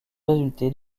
résulté